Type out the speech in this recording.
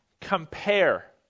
compare